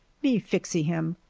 me flixee him,